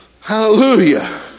Hallelujah